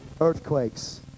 earthquakes